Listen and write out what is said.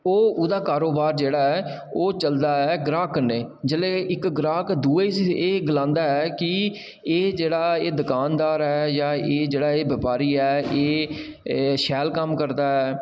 ओह् ओह्दा कारोबार जेह्ड़ा ऐ ओह् चलदा ऐ ग्रांऽ कन्नै जेल्लै इक ग्रांऽ दूए ई एह् गलांदा ऐ की एह् जेह्ड़ा एह् दकानदार ऐ जां एह् जेह्ड़ा एह् बपारी ऐ एह् शैल कम्म करदा ऐ